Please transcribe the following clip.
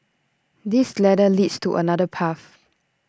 this ladder leads to another path